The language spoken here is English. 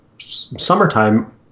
summertime